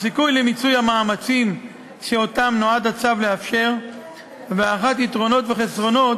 הסיכוי למיצוי המאמצים שאותם נועד הצו לאפשר והערכת יתרונות וחסרונות